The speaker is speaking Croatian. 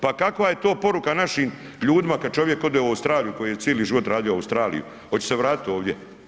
Pa kakva je to poruka našim ljudima kada čovjek ode u Australiju koji je cili život radio u Australiji hoće se vratiti ovdje.